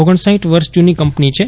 ઓગણસાઇઠ વર્ષ જૂની કંપની છે